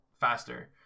faster